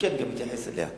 מכיר וגם אתייחס אליה.